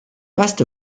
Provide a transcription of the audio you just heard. best